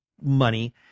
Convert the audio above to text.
money